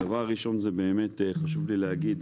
הדבר הראשון זה באמת חשוב לי להגיד,